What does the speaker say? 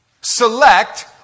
select